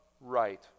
right